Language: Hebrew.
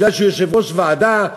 מכיוון שהוא יושב-ראש ועדה,